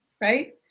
right